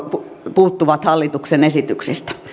puuttuvat hallituksen esityksistä